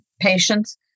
patients